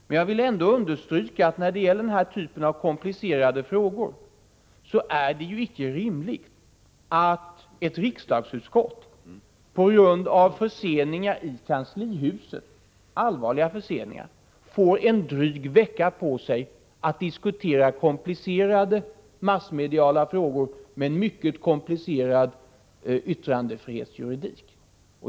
Men jag vill ändå understryka att det icke är rimligt att ett riksdagsutskott, på grund av allvarliga förseningar i kanslihuset, får en dryg vecka på sig att diskutera invecklade massmediala frågor med en mycket komplicerad yttrandefrihetsjuridik.